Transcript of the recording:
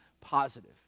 positive